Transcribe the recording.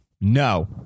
No